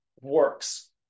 works